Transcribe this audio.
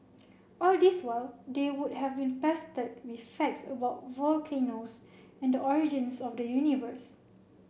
all this while they would have be pestered with facts about volcanoes and the origins of the universe